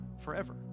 forever